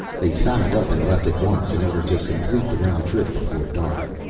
they saddled up and left at once, in order to complete the round trip before dark.